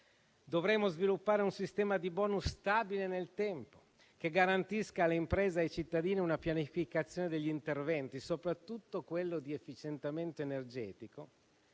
Dovremo sviluppare un sistema di *bonus* stabile nel tempo, che garantisca alle imprese e ai cittadini una pianificazione degli interventi, soprattutto quelli di efficientamento energetico,